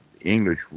English